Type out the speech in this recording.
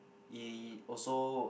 it also